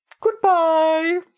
Goodbye